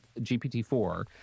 GPT-4